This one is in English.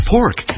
Pork